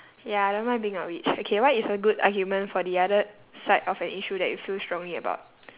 ya I don't mind being a witch okay what is a good argument for the other side of an issue that you feel strongly about